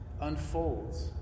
unfolds